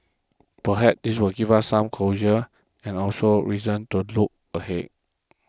perhaps this will give us some closure and also reason to look ahead